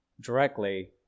directly